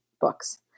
books